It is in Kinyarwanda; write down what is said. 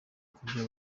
kubyo